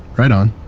right on